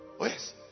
yes